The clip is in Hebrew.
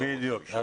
בדיוק.